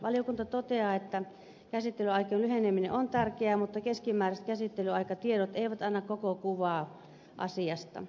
valiokunta toteaa että käsittelyaikojen lyheneminen on tärkeää mutta keskimääräiset käsittelyaikatiedot eivät anna koko kuvaa asiasta